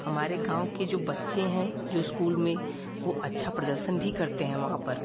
हमारे गाँव के जो बच्चे हैं जो इस्कूल में वह अच्छा प्रदर्शन भी करते हैं वहाँ पर